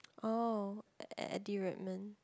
oh Eddie-Redmayne